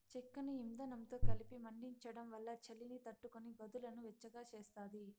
చెక్కను ఇందనంతో కలిపి మండించడం వల్ల చలిని తట్టుకొని గదులను వెచ్చగా చేస్తాది